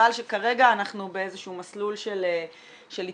אבל כרגע אנחנו באיזשהו מסלול של התקדמות,